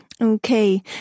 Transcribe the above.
Okay